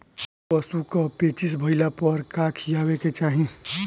पशु क पेचिश भईला पर का खियावे के चाहीं?